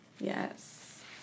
Yes